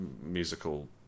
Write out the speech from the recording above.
musical